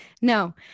No